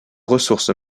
ressources